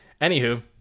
anywho